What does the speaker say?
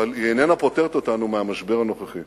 אבל היא איננה פוטרת אותנו מהמשבר הנוכחי.